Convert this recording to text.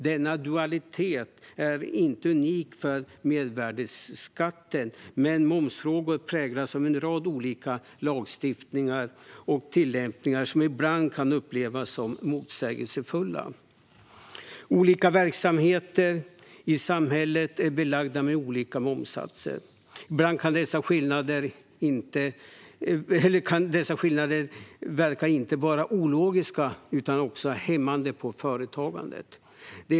Denna dualitet är inte unik för mervärdesskatten, men momsfrågor präglas av en rad olika lagstiftningar och tillämpningar som ibland kan upplevas som motsägelsefulla. Olika verksamheter i samhället är belagda med olika momssatser. Ibland kan dessa skillnader verka inte bara ologiska utan också hämmande på företagandet.